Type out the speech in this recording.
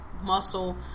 muscle